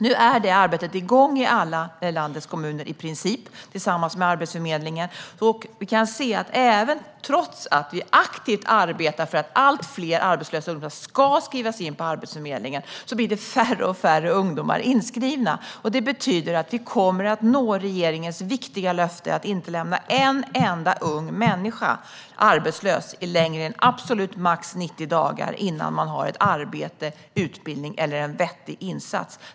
Nu är det arbetet i princip igång i alla landets kommuner tillsammans med Arbetsförmedlingen. Vi kan se att trots att vi aktivt arbetar för att allt fler arbetslösa ungdomar ska skrivas in på Arbetsförmedlingen blir det allt färre ungdomar inskrivna. Det betyder att vi kommer att nå regeringens viktiga löfte att inte lämna en enda ung människa arbetslös längre än absolut max 90 dagar innan han eller hon har ett arbete, utbildning eller en vettig insats.